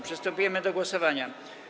Przystępujemy do głosowania.